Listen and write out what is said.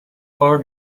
are